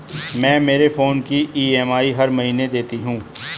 मैं मेरे फोन की ई.एम.आई हर महीने देती हूँ